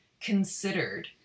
considered